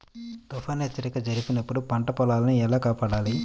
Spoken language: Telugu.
తుఫాను హెచ్చరిక జరిపినప్పుడు పంట పొలాన్ని ఎలా కాపాడాలి?